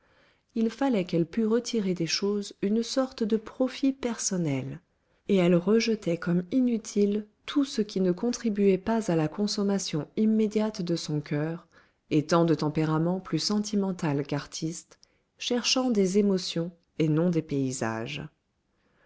il fallait qu'elle pût retirer des choses une sorte de profit personnel et elle rejetait comme inutile tout ce qui ne contribuait pas à la consommation immédiate de son coeur étant de tempérament plus sentimentale qu'artiste cherchant des émotions et non des paysages